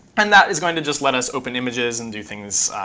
and that is going to just let us open images and do things,